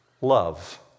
love